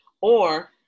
Or-